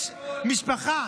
יש משפחה,